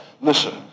Listen